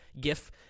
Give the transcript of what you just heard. gif